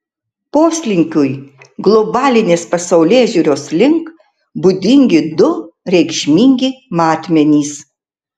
poslinkiui globalinės pasaulėžiūros link būdingi du reikšmingi matmenys